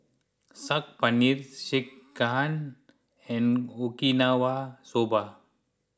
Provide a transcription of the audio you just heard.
Saag Paneer Sekihan and Okinawa Soba